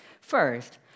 First